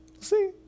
see